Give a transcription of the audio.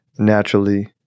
naturally